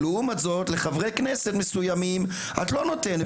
ולעומת זאת לחברי כנסת מסומים את לא נותנת.